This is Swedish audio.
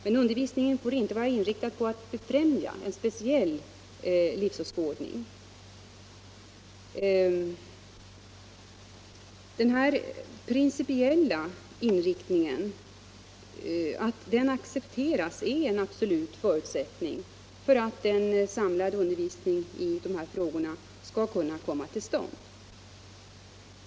Men undervisningen får inte vara inriktad på att befrämja en speciell livsåskådning. Att den här principiella inriktningen accepteras är en absolut förutsättning för att en samlad undervisning i de här frågorna skall komma till stånd.